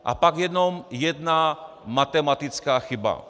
A pak jenom jedna matematická chyba.